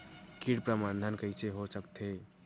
कीट प्रबंधन कइसे हो सकथे?